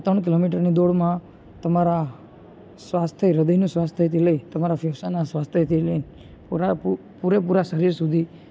ત્રણ કિલોમીટરની દોડમાં તમારા સ્વાસ્થ્યની હૃદયનું સ્વાસ્થ્યથી લઈ તમારા ફેફસાના સ્વાસ્થ્યથી લઈ પૂરા પૂર પૂરે પૂરા શરીર સુધી